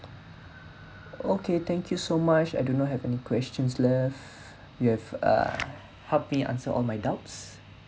okay thank you so much I do not have any questions left you have err help me answer all my doubts